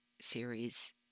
series